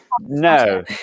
No